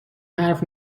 حرف